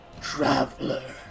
Traveler